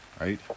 right